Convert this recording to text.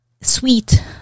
sweet